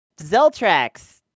Zeltrax